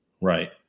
Right